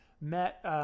met –